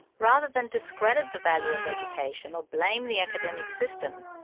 rather than discredit the value of education or blame the academic system,